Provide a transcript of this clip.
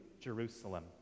Jerusalem